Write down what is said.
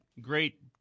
great